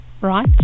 right